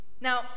Now